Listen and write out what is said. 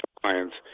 clients